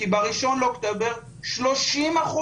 כי ב-1 באוקטובר 30%,